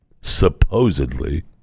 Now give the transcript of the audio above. supposedly